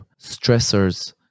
stressors